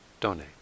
donate